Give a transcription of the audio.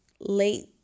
late